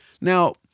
Now